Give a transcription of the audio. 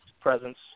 presence